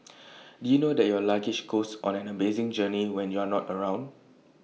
did you know that your luggage goes on an amazing journey when you're not around